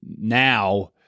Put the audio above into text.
now